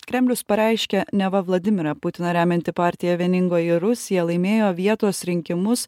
kremlius pareiškė neva vladimirą putiną remianti partija vieningoji rusija laimėjo vietos rinkimus